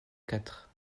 quatre